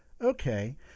Okay